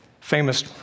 famous